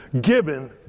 given